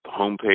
homepage